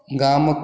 गामक